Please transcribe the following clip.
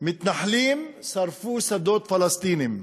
מתנחלים שרפו שדות פלסטינים".